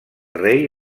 rei